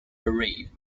beret